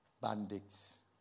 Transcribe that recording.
bandits